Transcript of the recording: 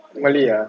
malay ah